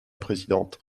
présidente